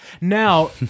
Now